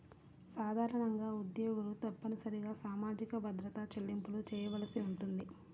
సాధారణంగా ఉద్యోగులు తప్పనిసరిగా సామాజిక భద్రత చెల్లింపులు చేయవలసి ఉంటుంది